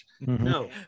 No